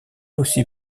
aussi